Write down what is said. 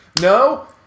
No